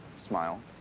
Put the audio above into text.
smile.